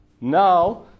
Now